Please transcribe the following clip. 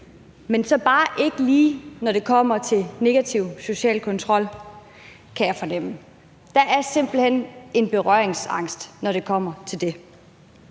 men så bare ikke lige, når det kommer til negativ social kontrol, kan jeg fornemme. Der er simpelt hen en berøringsangst, når det kommer til det.